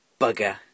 bugger